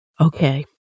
Okay